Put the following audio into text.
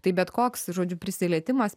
tai bet koks žodžiu prisilietimas